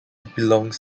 belongs